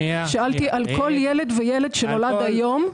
שאלתי על כל ילד שנולד היום,